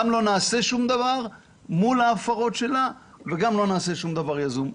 גם לא נעשה שום דבר מול ההפרות שלה וגם לא נעשה שום דבר יזום.